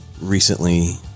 recently